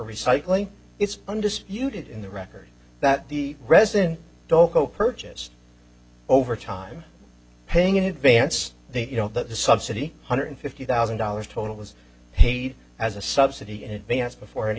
recycling it's undisputed in the record that the resident doco purchased over time paying in advance they don't that the subsidy hundred fifty thousand dollars total was paid as a subsidy in advance before any